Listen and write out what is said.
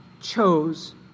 chose